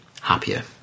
happier